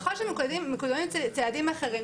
ככל שמקודמים צעדים אחרים,